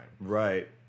Right